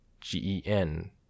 gen